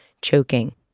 Choking